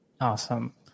Awesome